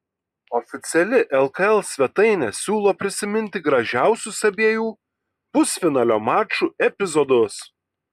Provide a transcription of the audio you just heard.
oficiali lkl svetainė siūlo prisiminti gražiausius abiejų pusfinalio mačų epizodus